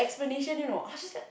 explanation you know I was just